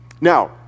now